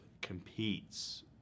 competes